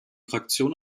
fraktion